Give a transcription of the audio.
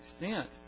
extent